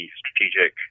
strategic